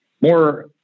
more